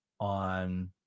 on